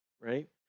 right